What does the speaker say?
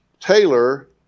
Taylor